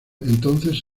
entonces